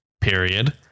Period